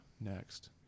next